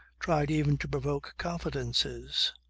tried even to provoke confidences.